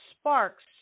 sparks